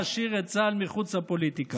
להשאיר את צה"ל מחוץ לפוליטיקה.